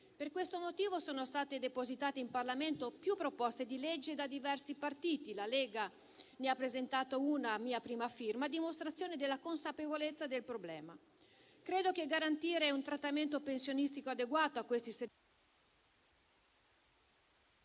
Per questo motivo sono state depositate in Parlamento più proposte di legge da diversi partiti. La Lega ne ha presentata una, a mia prima firma, a dimostrazione della consapevolezza del problema. Credo che garantire un trattamento pensionistico adeguato a questi settori...